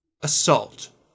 assault